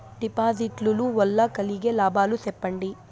డిపాజిట్లు లు వల్ల కలిగే లాభాలు సెప్పండి?